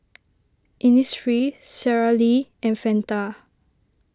Innisfree Sara Lee and Fanta